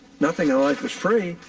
nothing in life is free.